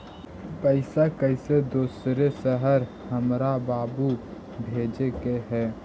पैसा कैसै दोसर शहर हमरा बाबू भेजे के है?